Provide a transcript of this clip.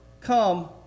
come